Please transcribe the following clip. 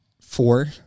Four